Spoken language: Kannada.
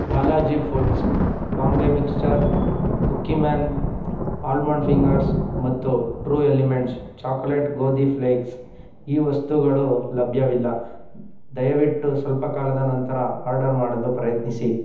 Balaji foods Bombay mixture Cookieman almond fingers ಮತ್ತು ಟ್ರೂ ಎಲಿಮೆಂಟ್ಸ್ ಚಾಕೊಲೇಟ್ ಗೋಧಿ ಫ್ಲೇಕ್ಸ್ ಈ ವಸ್ತುಗಳು ಲಭ್ಯವಿಲ್ಲ ದಯವಿಟ್ಟು ಸ್ವಲ್ಪ ಕಾಲದ ನಂತರ ಆರ್ಡರ್ ಮಾಡಲು ಪ್ರಯತ್ನಿಸಿ